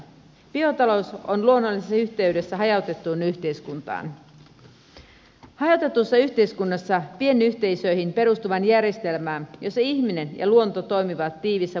biotalous on luonnollisessa yhteydessä hajautettuun yhteiskuntaan hajautetussa yhteiskunnassa pienyhteisöihin perustuvaan järjestelmään jossa ihminen ja luonto toimivat tiiviissä vuorovaikutuksessa